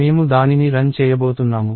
మేము దానిని రన్ చేయబోతున్నాము